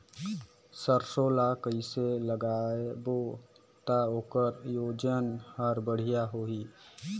सरसो ला कइसे लगाबो ता ओकर ओजन हर बेडिया होही?